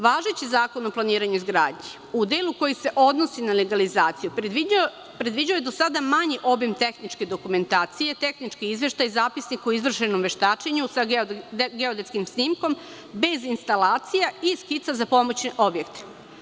Važeći Zakon o planiranju i izgradnji u delu koji se odnosi na legalizaciju predviđao je do sada manji obim tehničke dokumentacije, tehnički izveštaj, zapisnik o izvršenom veštačenju sa geodetskim snimkom, bez instalacija i skica za pomoćne objekte.